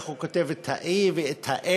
איך הוא כותב את ה-E ואת ה-A,